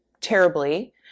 terribly